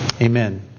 Amen